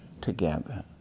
together